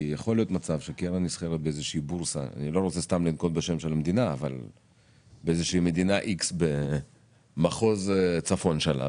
אם יש מצב שקרן גדולה נסחרת באיזו בורסה קטנה במחוז צפון של מדינהx ,